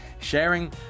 sharing